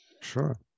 sure